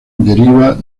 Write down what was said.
deriva